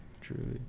Truly